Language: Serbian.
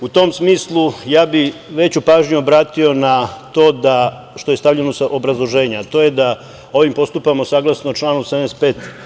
U tom smislu ja bi veću pažnju obratio na to da što je stavljeno u obrazloženju, a to je da ovim postupamo saglasno članu 75.